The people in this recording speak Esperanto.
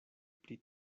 pri